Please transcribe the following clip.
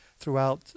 throughout